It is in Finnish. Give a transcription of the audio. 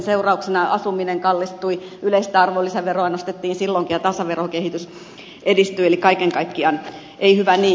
asuminen kallistui yleistä arvonlisäveroa nostettiin silloinkin ja tasaverokehitys edistyi eli kaiken kaikkiaan ei hyvä niin